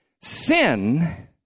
sin